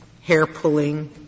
hair-pulling